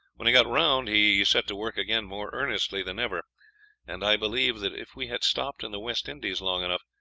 when he got round he set to work again more earnestly than ever and i believe that if we had stopped in the west indies long enough,